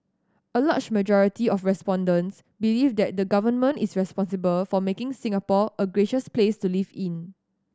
a large majority of respondents believe that the Government is responsible for making Singapore a gracious place to live in